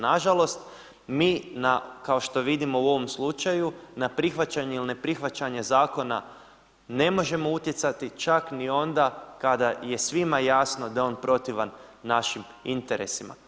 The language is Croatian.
Nažalost mi kao što vidimo u ovom slučaju na prihvaćanje ili ne prihvaćanje zakona ne možemo utjecati čak ni onda kada je svima jasno da je on protivan našim interesima.